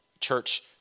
church